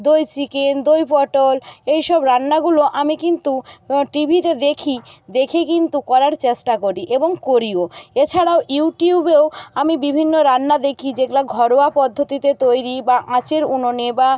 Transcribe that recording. দই চিকেন দই পটল এই সব রান্নাগুলো আমি কিন্তু টি ভিতে দেখি দেখে কিন্তু করার চেষ্টা করি এবং করিও এছাড়াও ইউটিউবেও আমি বিভিন্ন রান্না দেখি যেগুলি ঘরোয়া পদ্ধতিতে তৈরি বা আঁচের উনোনে বা